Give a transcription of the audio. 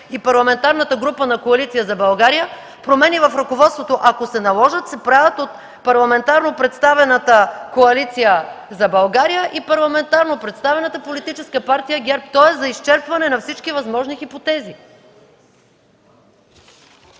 и парламентарната група на Коалиция за България, ако се наложат промени в ръководствата, те се правят от парламентарно представената Коалиция за България и парламентарно представената Политическа партия ГЕРБ. То е за изчерпване на всички възможни хипотези.